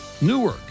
Newark